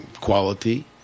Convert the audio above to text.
quality